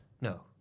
No